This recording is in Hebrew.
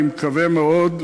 אני מקווה מאוד,